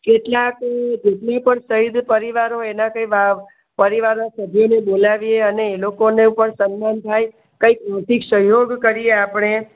કેટલાક જેટલી પણ શહિદ પરિવાર હોય એના કંઈ પરિવાર સભ્યોને બોલાવીએ અને એ લોકોને પણ સન્માન થાય કંઈક અહીથી સહયોગ કરીએ આપણે